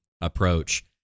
approach